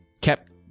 kept